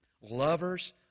Lovers